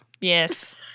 Yes